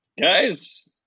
Guys